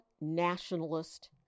nationalist